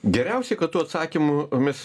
geriausiai kad tų atsakymų mes